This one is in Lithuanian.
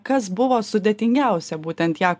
kas buvo sudėtingiausia būtent ją